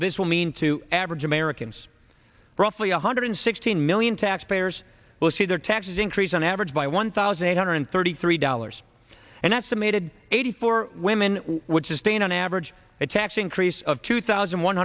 this will mean to average americans roughly one hundred sixteen million taxpayers will see their taxes increase on average by one thousand eight hundred thirty three dollars and that's a made eighty four women which is staying on average a tax increase of two thousand one